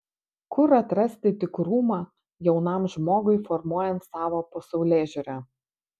kur atrasti tikrumą jaunam žmogui formuojant savo pasaulėžiūrą